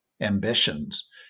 ambitions